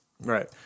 Right